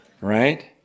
Right